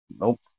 Nope